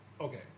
Okay